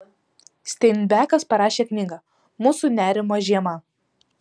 steinbekas parašė knygą mūsų nerimo žiema